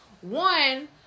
one